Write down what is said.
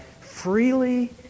freely